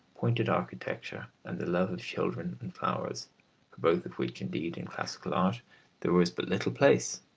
pointed architecture, and the love of children and flowers both of which, indeed, in classical art there was but little place,